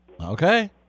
Okay